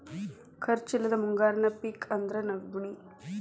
ಖರ್ಚ್ ಇಲ್ಲದ ಮುಂಗಾರಿ ಪಿಕ್ ಅಂದ್ರ ನವ್ಣಿ